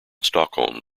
stockholm